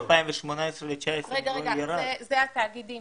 איזה תאגידים